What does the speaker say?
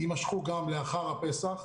יימשכו גם לאחר הפסח?